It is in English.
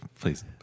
Please